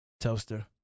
Toaster